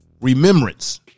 remembrance